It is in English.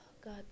god